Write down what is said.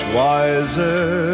wiser